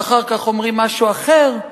ואחר כך אומרים משהו אחר.